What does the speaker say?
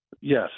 Yes